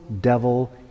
devil